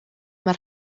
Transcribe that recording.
mae